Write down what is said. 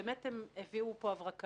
באמת הם הביאו פה הברקה,